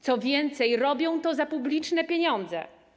Co więcej, robią to za publiczne pieniądze.